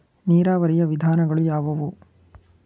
ನೀರಾವರಿಯ ವಿಧಾನಗಳು ಯಾವುವು?